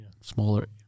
smaller